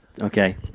Okay